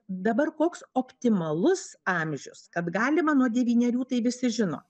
dabar koks optimalus amžius kad galima nuo devynerių tai visi žino